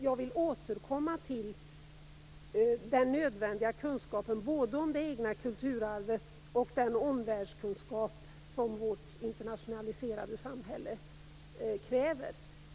Jag vill återkomma till den nödvändiga kunskapen, både kunskapen om det egna kulturarvet och den omvärldskunskap som vårt internationaliserade samhälle kräver.